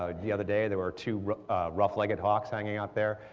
ah the other day there were two rough-legged hawks hanging out there,